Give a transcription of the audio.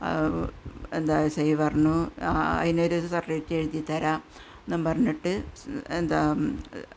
എന്താ S I പറഞ്ഞു അതിനൊരു സര്ട്ടിഫിക്കറ്റെഴുതി തരാം എന്നും പറഞ്ഞിട്ട് എന്താണ്